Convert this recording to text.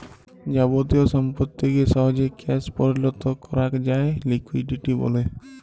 যাবতীয় সম্পত্তিকে সহজে ক্যাশ পরিলত করাক যায় লিকুইডিটি ব্যলে